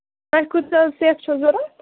تۄہہِ کُس حظ سیٚکھ چھَو ضروٗرت